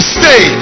stay